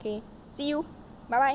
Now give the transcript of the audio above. okay see you bye bye